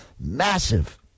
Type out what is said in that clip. Massive